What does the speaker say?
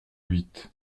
huit